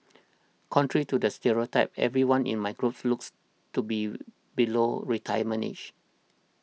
contrary to the stereotype nearly everyone in my group looks to be below retirement age